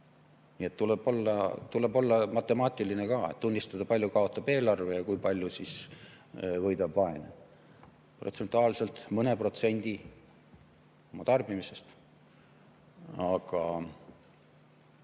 Nii et tuleb olla ka matemaatiline ja tunnistada, kui palju kaotab eelarve ja kui palju võidab vaene protsentuaalselt – mõne protsendi oma tarbimisest. Aga